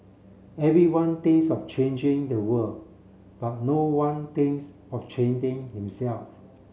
everyone thinks of changing the world but no one thinks of changing himself